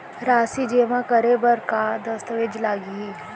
राशि जेमा करे बर का दस्तावेज लागही?